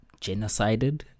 genocided